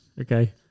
Okay